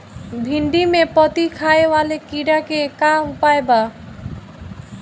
भिन्डी में पत्ति खाये वाले किड़ा के का उपाय बा?